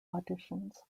auditions